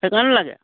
সেইকাৰণে লাগে